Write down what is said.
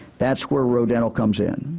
that's where row dental comes in,